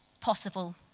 possible